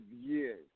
years